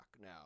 now